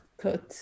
put